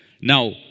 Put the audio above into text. Now